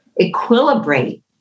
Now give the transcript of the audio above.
equilibrate